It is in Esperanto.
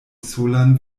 solan